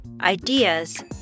ideas